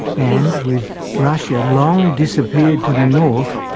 and, with russia long disappeared to the north,